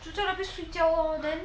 就在那边睡觉 lor then